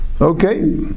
Okay